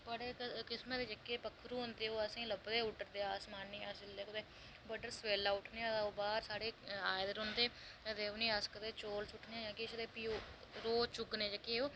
बड़े किस्में दे पक्खरू होंदे ओह् असेंगी उड्डरे आसमानै ई अस जेल्लै बड्डलै जेल्लै सबेल्ला उट्ठने आं ते ओह् बाहर सबेल्ला आए दे लभदे ते उ'नेंगी अस कदें चौल सु'ट्टने आं कदें ओह् रोज़ चुग्गने ई जेह्के ओह् आए दे ते ओह्